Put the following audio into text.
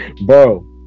bro